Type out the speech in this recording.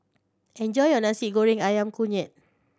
enjoy your Nasi Goreng Ayam Kunyit